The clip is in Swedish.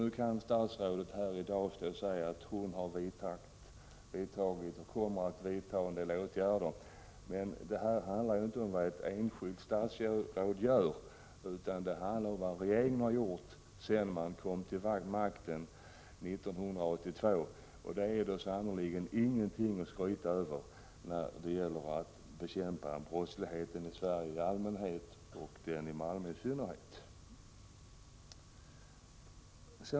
Nu säger statsrådet att hon har vidtagit och kommer att vidta en del åtgärder. Men det här handlar inte om vad ett enskilt statsråd gör, utan det handlar om vad regeringen har gjort sedan den kom till makten 1982. Det är då sannerligen inget att skryta över när det gäller bekämpningen av brottsligheten i Sverige i allmänhet och den i Malmö i synnerhet.